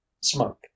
smoke